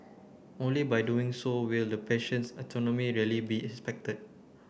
only by doing so will the patient's autonomy really be respected